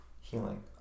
healing